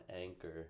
Anchor